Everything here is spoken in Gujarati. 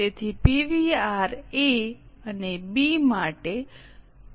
તેથી પીવીઆર એ અને બી માટે 0